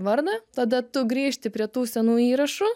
vardą tada tu grįžti prie tų senų įrašų